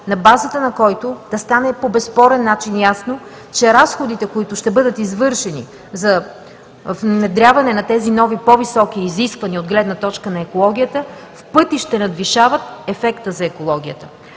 на базата на който да стане ясно по безспорен начин, че разходите, които ще бъдат извършени за внедряване на тези нови, по-високи изисквания от гледна точка на екологията, в пъти ще надвишават ефекта за екологията.